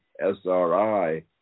SRI